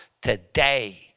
today